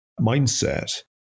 mindset